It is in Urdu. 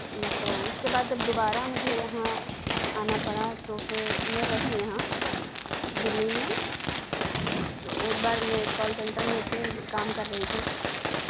تو اس کے بعد جب دوبارہ مجھے یہاں آنا پڑا تو پھر میں رہی یہاں دلی میں تو ایک بار میں کال سینٹر میں تھی کام کر رہی تھی